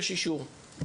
יש אישור.